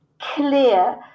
clear